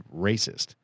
racist